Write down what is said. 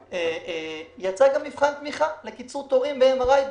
יצא מבחן תמיכה לקיצור תורים ב-MRI,